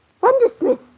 Wondersmith